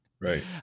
Right